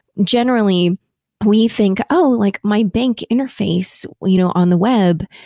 generally we think, oh, like my bank interface you know on the web,